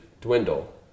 dwindle